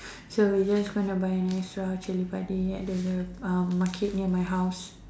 so we just gonna buy a nice round of chili padi at the uh market near my house